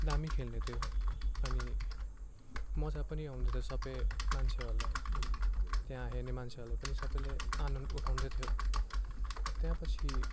दामी खेल्ने थियो अनि मजा पनि आउँदै थियो सबै मान्छेहरूलाई त्यहाँ हेर्ने मान्छेहरूले पनि सबैले आनन्द उठाउँदै थियो त्यसपछि